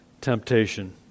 temptation